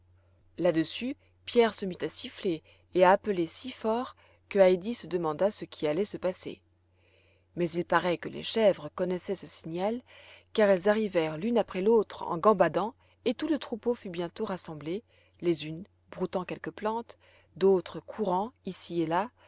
là-dessus pierre se mit à siffler et à appeler si fort que heidi se demanda ce qui allait se passer mais il paraît que les chèvres connaissaient ce signal car elles arrivèrent l'une après l'autre en gambadant et tout le troupeau fut bientôt rassemblé les unes broutant quelques plantes d'autres courant ici et là